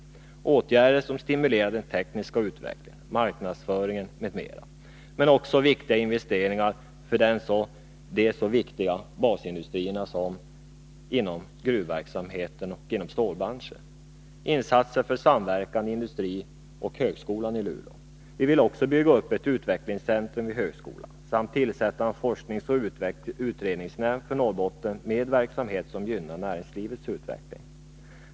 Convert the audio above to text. Den omfattar åtgärder som stimulerar den tekniska utvecklingen, marknadsföringen m.m., men också väsentliga investeringar när det gäller så viktiga basindustrier som gruvverksamheten och stålbranschen. Vi föreslår vidare insatser för samverkan. Det gäller industrin och högskolan i Luleå. Vi vill också bygga upp ett utvecklingscentrum vid högskolan samt tillsätta en forskningsoch utredningsnämnd för Norrbotten med verksamhet som gynnar näringslivets utveckling.